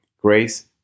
grace